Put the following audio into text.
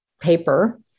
paper